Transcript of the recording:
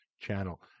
channel